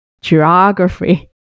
geography